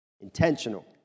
Intentional